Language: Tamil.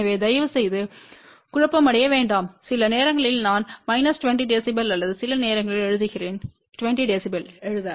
எனவே தயவுசெய்து குழப்பமடைய வேண்டாம் சில நேரங்களில் நான் மைனஸ் 20 dB அல்லது சில நேரங்களில் எழுதுகிறேன் 20 dB எழுத